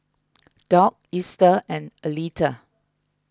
Doc Easter and Aleta